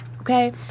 Okay